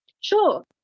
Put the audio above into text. sure